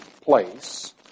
place